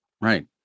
Right